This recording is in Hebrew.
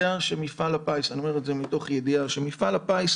שמפעל הפיס אני אומר את זה מתוך ידיעה מוכן